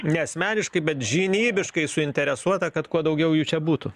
ne asmeniškai bet žinybiškai suinteresuota kad kuo daugiau jų čia būtų